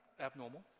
abnormal